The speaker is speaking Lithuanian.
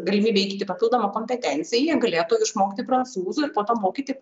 galimybe įgyti papildomą kompetenciją jie galėtų išmokti prancūzų ir po to mokyti